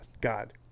God